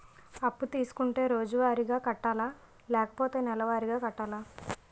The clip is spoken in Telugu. అప్పు తీసుకుంటే రోజువారిగా కట్టాలా? లేకపోతే నెలవారీగా కట్టాలా?